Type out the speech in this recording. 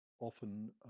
often